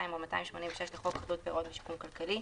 200 או 286 לחוק חדלות פירעון ושיקום כלכלי,